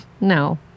no